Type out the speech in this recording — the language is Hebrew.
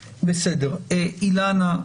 אילנה,